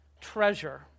treasure